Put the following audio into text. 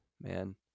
man